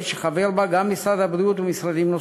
שחברים בה גם משרד הבריאות ומשרדים נוספים.